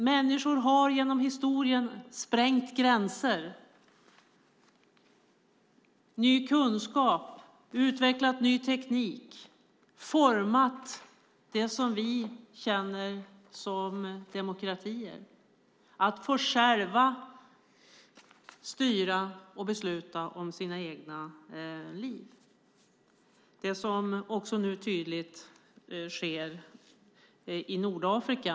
Människor har genom historien sprängt gränser, skapat ny kunskap, utvecklat ny teknik och format det som vi känner som demokratier - att själva få styra och besluta om sina egna liv. Det är detta som nu tydligt sker i Nordafrika.